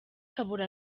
akabura